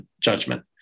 judgment